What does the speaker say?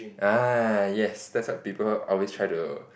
ah yes that's what people always try to